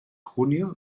junio